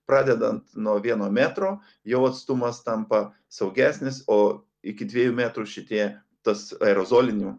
pradedant nuo vieno metro jau atstumas tampa saugesnis o iki dviejų metrų šitie tas aerozolinių